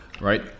right